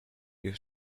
you